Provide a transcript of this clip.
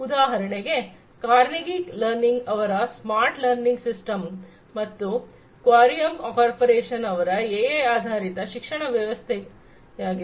ಉದಾಹರಣೆಗೆ ಕಾರ್ನೆಗೀ ಲರ್ನಿಂಗ್ಯವರ smart learning systems ಹಾಗೂ ಕ್ವೇರಿಯಂ ಕಾರ್ಪೊರೇಶನ್ ರವರ ಎಐ ಆಧಾರಿತ ಶಿಕ್ಷಣ ವ್ಯವಸ್ಥೆಯಾಗಿದೆ